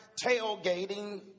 tailgating